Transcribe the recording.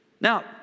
Now